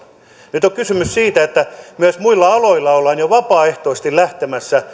nyt on kysymys siitä että myös muilla aloilla ollaan jo vapaaehtoisesti lähtemässä